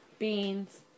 Beans